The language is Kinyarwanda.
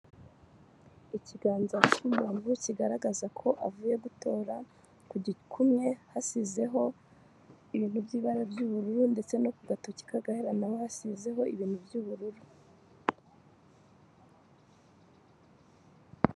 Ikiganza cy'umuntu kigaragaza ko avuye gutora, ku gikumwe hasizeho ibintu by'ibara ry'ubururu ndetse no ku gatoki k'agahera n'aho hasizeho ibintu by'ubururu.